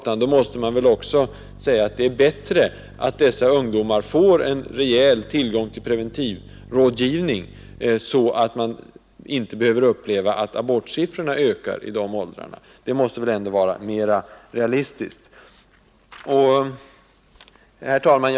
Man måste också dra slutsatsen att det är bättre att dessa ungdomar får tillgång till preventivrådgivning, så att man inte behöver uppleva att abortsiffrorna ökar i dessa åldrar. Det är mer realistiskt. Herr talman!